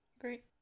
great